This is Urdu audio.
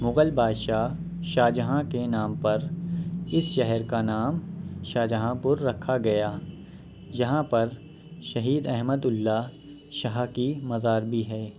مغل بادشاہ شاہ جہاں کے نام پر اس شہر کا نام شاہ جہاں پور رکھا گیا یہاں پر شہید احمداللہ شاہ کی مزار بھی ہے